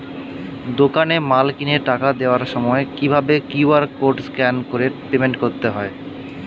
দোকানে মাল কিনে টাকা দেওয়ার সময় কিভাবে কিউ.আর কোড স্ক্যান করে পেমেন্ট করতে হয়?